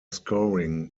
scoring